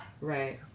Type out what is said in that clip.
Right